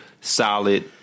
solid